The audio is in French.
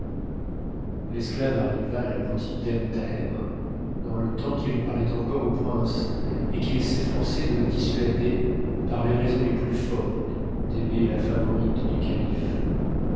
l'esclave arriva à la boutique d'ebn thaher dans ie temps qu'il parlait encore au prince et qu'il s'enbrçait de le dissuader par les raisons les plus fortes d'aimer la favorite du calife